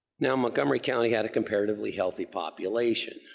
now, montgomery county had a comparatively healthy population